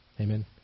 Amen